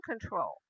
control